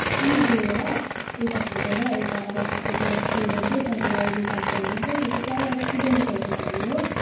गएर दुईवटा फोटो र एउटा आधार कार्डको जेरक्स दियो भने चाहिँ त्यहाँको लाइब्रेरी कार्ड बनाइदिन्छ त्यो चाहिँ प्रायः स्टुडेन्डहरूको लागि हो